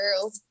girl